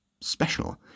special